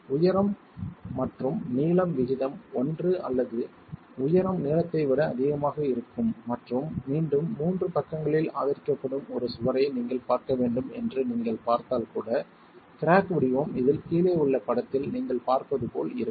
உயரம் மற்றும் நீளம் விகிதம் ஒன்று அல்லது உயரம் நீளத்தை விட அதிகமாக இருக்கும் மற்றும் மீண்டும் 3 பக்கங்களில் ஆதரிக்கப்படும் ஒரு சுவரை நீங்கள் பார்க்க வேண்டும் என்று நீங்கள் பார்த்தால் கூட கிராக் வடிவம் இதில் கீழே உள்ள படத்தில் நீங்கள் பார்ப்பது போல் இருக்கும்